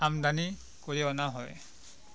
আমদানি কৰি অনা হয়